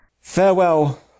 Farewell